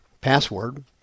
password